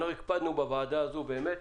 בוועדה הזו באמת